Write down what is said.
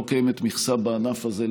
לא קיימת מכסה בענף הזה,